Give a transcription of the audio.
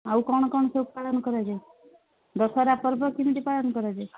ଆଉ କ'ଣ କ'ଣ ସବୁ ପାଳନ କରାଯାଏ ଦଶହରା ପର୍ବ କେମିତି ପାଳନ କରାଯାଏ